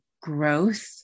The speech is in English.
growth